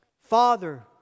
Father